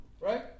right